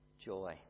joy